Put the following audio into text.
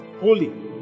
Holy